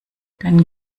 dann